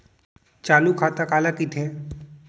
चालू खाता काला कहिथे?